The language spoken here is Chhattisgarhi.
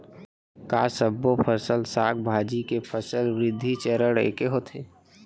का सबो फसल, साग भाजी के फसल वृद्धि चरण ऐके होथे?